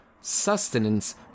sustenance